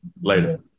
later